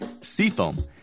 Seafoam